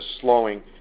slowing